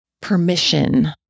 permission